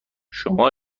شما